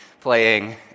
playing